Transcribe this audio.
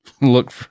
look